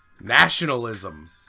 Nationalism